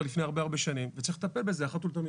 לפני הרבה שנים וצריך לטפל בזה אחת ולתמיד.